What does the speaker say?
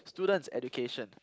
students education